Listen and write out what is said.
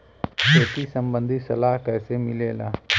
खेती संबंधित सलाह कैसे मिलेला?